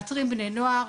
מאתרים בני נוער,